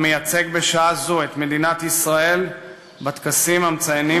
המייצג בשעה זו את מדינת ישראל בטקסים המציינים